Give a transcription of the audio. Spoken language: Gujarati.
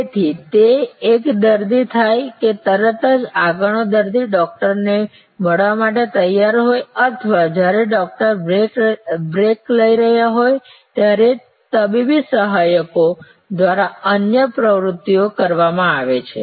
તેથી કે એક દર્દી થાય કે તરત જ આગળનો દર્દી ડૉક્ટરને મળવા માટે તૈયાર હોય અથવા જ્યારે ડૉક્ટર બ્રેક લઈ રહ્યા હોય ત્યારે તબીબી સહાયકો દ્વારા અન્ય પ્રવૃત્તિઓ કરવામાં આવે છે